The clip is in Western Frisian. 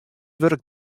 wurk